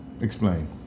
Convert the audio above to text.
Explain